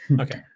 Okay